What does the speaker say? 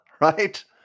right